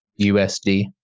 USD